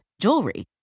jewelry